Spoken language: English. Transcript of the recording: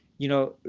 you know,